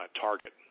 target